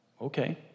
Okay